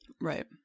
Right